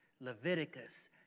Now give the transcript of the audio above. Leviticus